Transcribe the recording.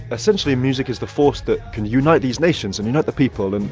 essentially, music is the force that can unite these nations and unite the people. and